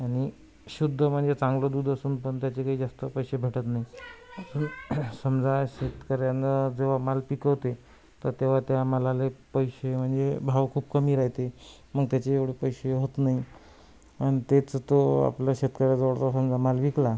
आणि शुद्ध म्हणजे चांगलं दूध असूनपण त्याचे काही जास्त पैसे भेटत नाही समजा शेतकऱ्यानं जेव्हा माल पिकवते तर तेव्हा त्या मालाले पैसे म्हणजे भाव खूप कमी राहते मग त्याचे एवढे पैसे होत नाही अन् त्याचं तो आपलं शेतकऱ्याजवळपासूनचा माल विकला